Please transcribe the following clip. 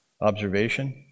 Observation